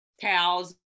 towels